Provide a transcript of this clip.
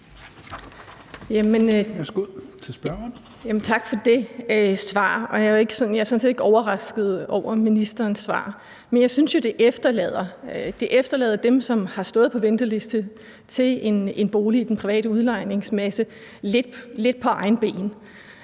Tak for det svar. Jeg er sådan set ikke overrasket over ministerens svar, men jeg synes jo, at det efterlader dem, som har stået på venteliste til en bolig i et den private udlejningsmasse, lidt på herrens